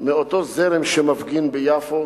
מאותו זרם שמפגין ביפו.